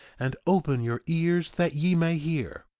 and open your ears that ye may hear,